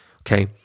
okay